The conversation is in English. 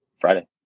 Friday